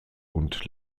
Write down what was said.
und